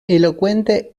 elocuente